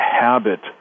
habit